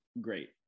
great